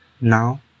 Now